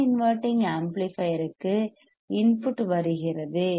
நான் இன்வெர்ட்டிங் ஆம்ப்ளிபையர்க்கு இன்புட் வருகிறது